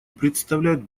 представляют